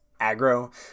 aggro